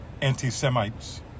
anti-Semites